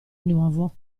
nuovo